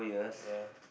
ya